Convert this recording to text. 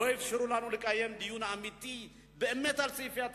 לא אפשרו לנו לקיים דיון אמיתי על סעיפי התקציב,